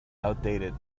outdated